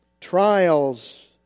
Trials